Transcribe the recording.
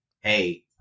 hey